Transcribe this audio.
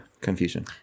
confusion